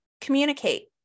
communicate